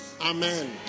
Amen